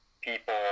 people